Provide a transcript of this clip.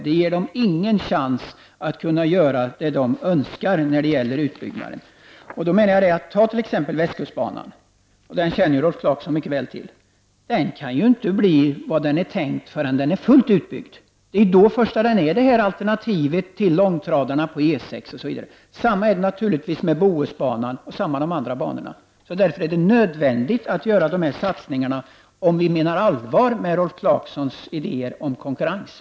Det ger dem ingen chans att kunna göra det de önskar när det gäller utbyggnaden. Tag t.ex. västkustbanan. Den känner Rolf Clarkson mycket väl till. Den banan kan inte bli vad den är tänkt att vara förrän den är fullt utbyggd. Det är först då som banan kan utgöra ett alternativ till långtradarna på E6. Detsamma gäller Bohusbanan och de andra banorna. Om Rolf Clarkson menar allvar med sina idéer om konkurrens är det nödvändigt att göra dessa satsningar.